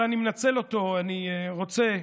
אבל אני מנצל אותו, אני רוצה,